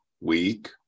week